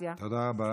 תודה רבה.